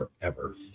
forever